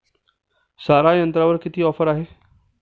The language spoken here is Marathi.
सारा यंत्रावर किती ऑफर आहे?